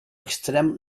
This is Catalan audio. extrem